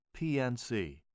PNC